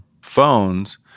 phones